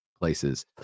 places